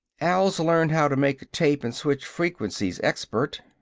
al's learned how to make a tape and switch frequencies expert.